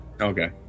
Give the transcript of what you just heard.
Okay